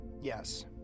Yes